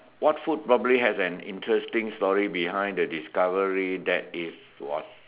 what food probably has an interesting story behind the discovery that is was